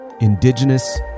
indigenous